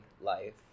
life